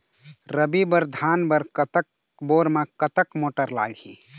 रबी बर धान बर कतक बोर म कतक मोटर लागिही?